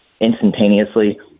instantaneously